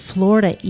Florida